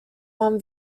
one